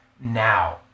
now